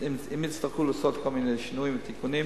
אם יצטרכו לעשות כל מיני שינויים ותיקונים,